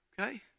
Okay